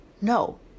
No